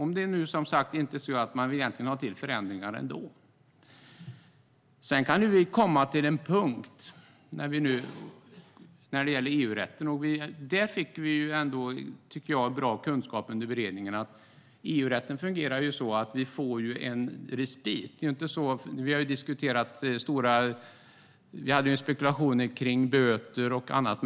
Men det kanske är på det sättet att man vill ha förändringar ändå. EU-rätten fungerar på det sättet att vi får en respit. Det fick vi ändå bra kunskap om under beredningen. Det fanns spekulationer om böter och annat.